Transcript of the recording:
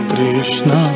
Krishna